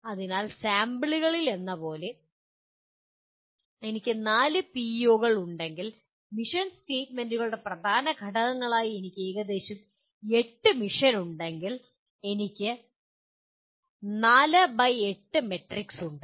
അതിനാൽ സാമ്പിളിലെന്നപോലെ എനിക്ക് നാല് പിഇഒകൾ ഉണ്ടെങ്കിൽ മിഷൻ സ്റ്റേറ്റ്മെന്റുകളുടെ പ്രധാന ഘടകങ്ങളായി എനിക്ക് ഏകദേശം 8 മിഷൻ ഉണ്ടെങ്കിൽ എനിക്ക് 4 ബൈ 8 മാട്രിക്സ് ഉണ്ട്